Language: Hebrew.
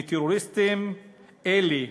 מטרוריסטים אלה